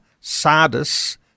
Sardis